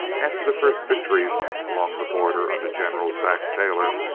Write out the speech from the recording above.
after the first victories along the border under general zach. taylor,